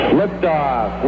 liftoff